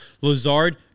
Lazard